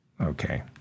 okay